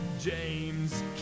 James